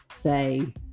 say